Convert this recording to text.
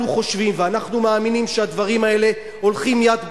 אנחנו חושבים ואנחנו מאמינים שהדברים האלה הולכים יד ביד.